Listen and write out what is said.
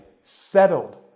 settled